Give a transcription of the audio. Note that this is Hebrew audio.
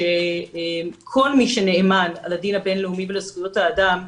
שכל מי שנאמן על הדין הבין-לאומי ולזכויות האדם,